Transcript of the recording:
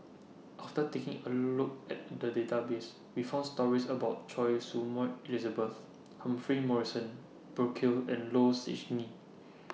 after taking A Look At The Database We found stories about Choy Su Moi Elizabeth Humphrey Morrison Burkill and Low Siew Nghee